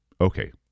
Okay